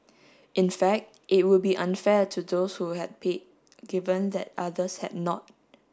in fact it would be unfair to those who had paid given that others had not